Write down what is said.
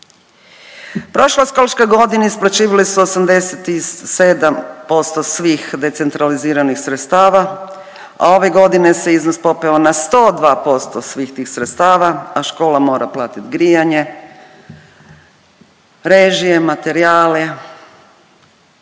Prošle školske godine isplaćivali su 87% svih decentraliziranih sredstava, a ove godine se iznos popeo na 102% svih tih sredstava, a škola mora platit grijanje, režije, materijale.